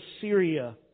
Syria